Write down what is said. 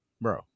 bro